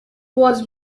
was